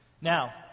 Now